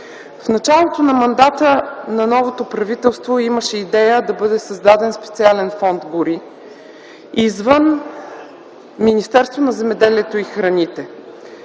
В началото на мандата новото правителство имаше идея да бъде създаден специален фонд „Гори” извън Министерството на земеделието и храните.